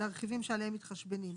לרכיבים עליהם מתחשבנים.